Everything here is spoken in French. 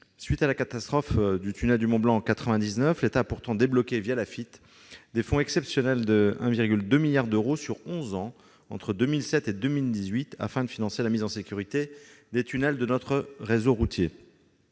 suite de la catastrophe du tunnel du Mont-Blanc en 1999, l'État a pourtant débloqué, via l'Afitf, des fonds exceptionnels de 1,2 milliard d'euros sur onze ans entre 2007 et 2018, afin de financer la mise en sécurité des tunnels de notre réseau routier.